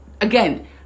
again